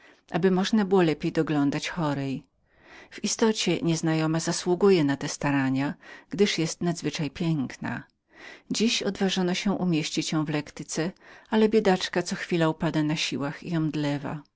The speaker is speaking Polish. aby można było lepiej doglądać chorej w istocie nieznajoma zasługuje na te starania gdyż jest nadzwyczajnie piękną dziś odważono się umieścić ją w lektyce ale biedaczka co chwila upada na siłach i omdlewa